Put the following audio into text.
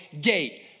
gate